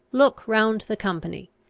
look round the company,